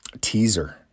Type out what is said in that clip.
Teaser